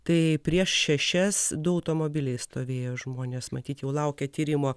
tai prieš šešias du automobiliai stovėjo žmonės matyt jau laukė tyrimo